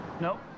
Nope